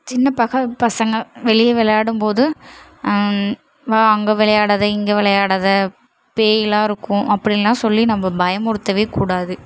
சின்ன பஹ பசங்க வெளியே விளாடும்போது வா அங்கே விளையாடாத இங்கே விளையாடாத பேய்லாயிருக்கும் அப்படின்லாம் சொல்லி நம்ப பயமுறுத்தவே கூடாது